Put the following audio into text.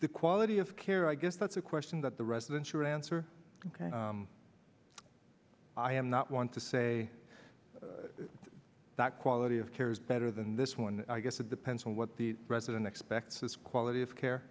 the quality of care i guess that's a question that the residents here answer ok i am not one to say that quality of care is better than this one i guess it depends on what the president expects is quality of